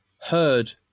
heard